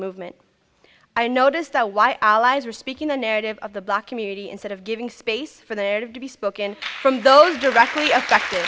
movement i noticed that why allies were speaking the narrative of the black community instead of giving space for there to be spoken from those directly